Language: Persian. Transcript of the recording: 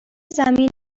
زمین